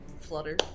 Flutter